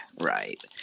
right